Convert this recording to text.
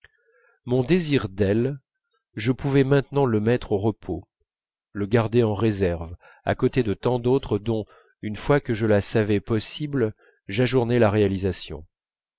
mon désir d'elles je pouvais maintenant le mettre au repos le garder en réserve à côté de tant d'autres dont une fois que je la savais possible j'ajournais la réalisation